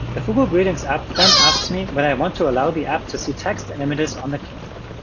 the fugu greetings app then asks me whether i want to allow the app to see text and images on the clipboard.